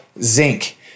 zinc